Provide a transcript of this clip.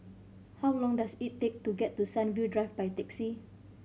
how long does it take to get to Sunview Drive by taxi